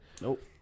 Nope